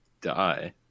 die